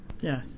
Yes